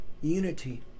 unity